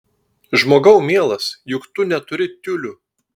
žmogau mielas juk tu neturi tiulių